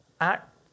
act